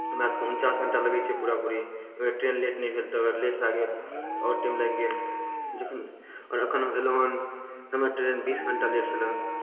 हमरा सभके उनचास घण्टा लगै छै पूरा पूरी अगर ट्रेन लेट नहि भेल तऽ अगर लेट भए गेल तऽ आओर टाइम लागि गेल जखन आओर एखन हम अयलहुँ हन हमर ट्रेन बीस घण्टा लेट छलए